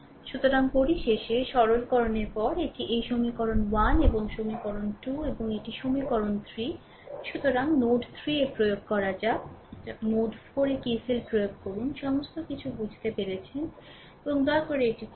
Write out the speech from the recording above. সুতরাং পরিশেষে সরলকরণের পরে এটি এই সমীকরণ 1 এই সমীকরণ 2 এবং এটি সমীকরণ 3 সুতরাং নোড 3 এ প্রয়োগ করা যাক নোড 4 KCL প্রয়োগ করুন সমস্ত কিছু বুঝতে পেরেছেন এবং দয়া করে এটি করুন